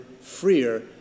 freer